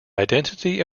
identity